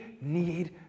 need